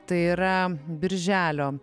tai yra birželio